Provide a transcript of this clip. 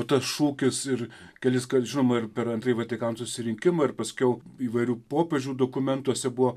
o tas šūkis ir keliskart žinoma ir per antrąjį vatikano susirinkimą ir paskiau įvairių popiežių dokumentuose buvo